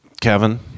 Kevin